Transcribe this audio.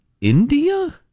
India